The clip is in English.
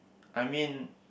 I mean